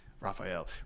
Raphael